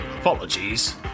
Apologies